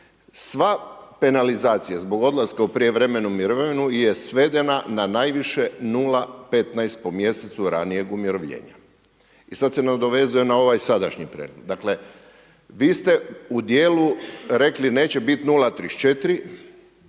sva penalizacija zbog odlaska u prijevremenu mirovinu je svedena na najviše 0,15 po mjesecu ranijeg umirovljenja. I sada se nadovezuje na ovaj sadašnji prijedlog. Dakle, vi ste u dijelu rekli neće biti 0,34